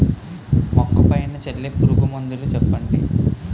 మొక్క పైన చల్లే పురుగు మందులు చెప్పండి?